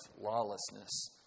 lawlessness